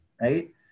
Right